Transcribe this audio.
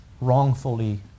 wrongfully